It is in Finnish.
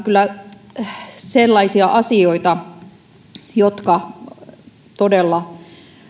kyllä sellaisia asioita jotka todella